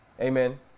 Amen